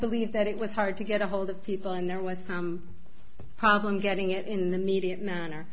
believe that it was hard to get a hold of people and there was a problem getting it in the media manner